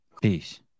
Peace